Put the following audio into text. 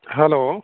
hello